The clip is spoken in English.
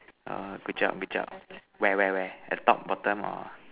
err good job good job where where where at top bottom or